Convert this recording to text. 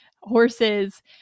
horses